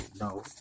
no